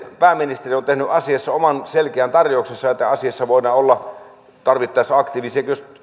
pääministeri on tehnyt asiassa oman selkeän tarjouksensa että asiassa voidaan olla tarvittaessa aktiivisia jos